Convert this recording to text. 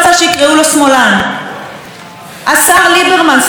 השר ליברמן, שר הביטחון, תקשיב לצה"ל,